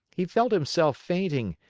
he felt himself fainting,